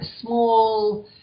small